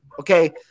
Okay